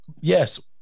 Yes